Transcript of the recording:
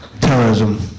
terrorism